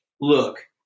look